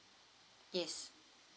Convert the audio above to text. yes